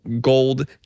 gold